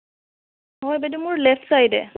হয় বাইদেউ মোৰ লেফ্ট চাইডে